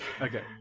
okay